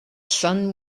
sun